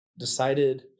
decided